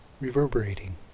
reverberating